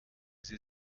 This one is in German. sie